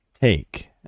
take